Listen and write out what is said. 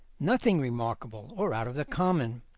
nothing remarkable or out of the common.